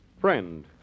friend